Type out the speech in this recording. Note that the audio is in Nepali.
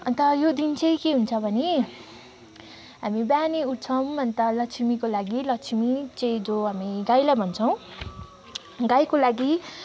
अन्त यो दिन चाहिँ के हुन्छ भने हामी बिहानै उठ्छौँ अन्त लक्ष्मीको लागि लक्ष्मी चाहिँ जो हामी गाईलाई भन्छौँ गाईको लागि